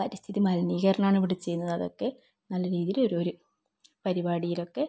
പരിസ്ഥിതി മലിനീകരണമാണ് ഇവിടെ ചെയ്യുന്നത് അതൊക്കെ നല്ല രീതിയിൽ ഒരു പരിപാടിയിലൊക്കെ